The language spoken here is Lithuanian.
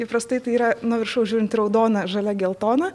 įprastai tai yra nuo viršaus žiūrint raudona žalia geltona